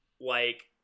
Like-